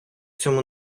цьому